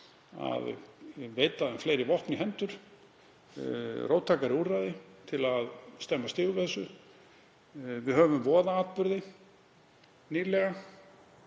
að veita þeim fleiri vopn í hendur, róttækari úrræði, til að stemma stigu við þessu. Við höfum voðaatburði nýlega